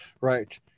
right